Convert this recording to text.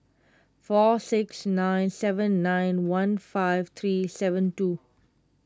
four six nine seven nine one five three seven two